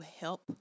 help